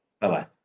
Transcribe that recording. Bye-bye